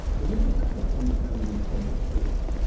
that we don't have a fundamentally troubled system,